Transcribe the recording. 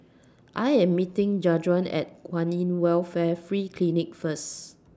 I Am meeting Jajuan At Kwan in Welfare Free Clinic First